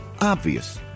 obvious